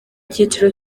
cyiciro